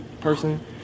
person